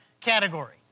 category